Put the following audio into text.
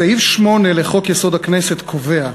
סעיף 8 לחוק-יסוד: הכנסת קובע: